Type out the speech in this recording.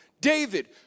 David